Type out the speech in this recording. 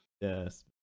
Yes